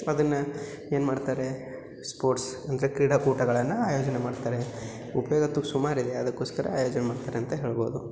ಅದನ್ನು ಏನು ಮಾಡ್ತಾರೆ ಸ್ಪೋರ್ಟ್ಸ್ ಅಂದರೆ ಕ್ರೀಡಕೂಟಗಳನ್ನು ಆಯೋಜನೆ ಮಾಡ್ತಾರೆ ಉಪಯೋತು ಸುಮಾರಿದೆ ಅದಕ್ಕೋಸ್ಕರ ಆಯೋಜನೆ ಮಾಡ್ತಾರೆ ಅಂತ ಹೇಳ್ಬೋದು